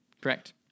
correct